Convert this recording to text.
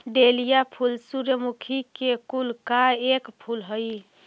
dahlia फूल सूर्यमुखी के कुल का एक फूल हई